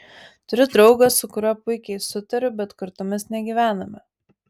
turiu draugą su kuriuo puikiai sutariu bet kartu mes negyvename